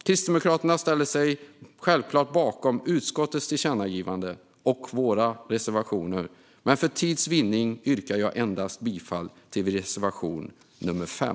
Kristdemokraterna ställer sig självklart bakom utskottets tillkännagivande och våra reservationer, men för tids vinnande yrkar jag bifall endast till reservation 5.